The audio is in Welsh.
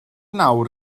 nawr